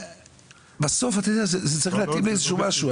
בסוף זה צריך להתאים למשהו.